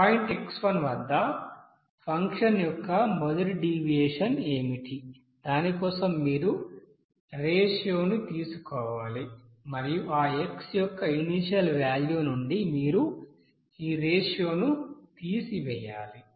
point x1 వద్ద function యొక్క మొదటి డీవియేషన్ ఏమిటి దాని కోసం మీరు రేషియో ని తీసుకోవాలి మరియు ఆ x యొక్క ఇనీషియల్ వ్యాల్యూ నుండి మీరు ఈ రేషియో ని తీసివేయాలి